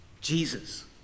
jesus